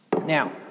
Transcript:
Now